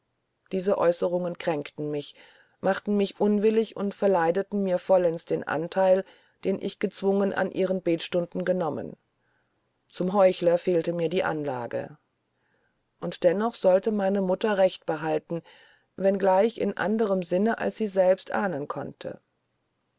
diese aeußerungen kränkten mich machten mich unwillig und verleideten mir vollends den antheil den ich gezwungen an ihren betstunden genommen zum heuchler fehlten mir die anlagen und dennoch sollte meine mutter recht behalten wenn gleich in anderem sinne als sie selbst ahnen konnte